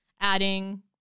adding